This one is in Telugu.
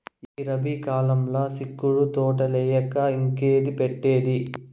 ఈ రబీ కాలంల సిక్కుడు తోటలేయక ఇంకేంది పెట్టేది